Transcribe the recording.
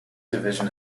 division